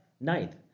Ninth